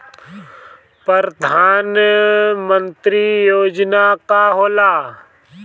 परधान मंतरी योजना का होला?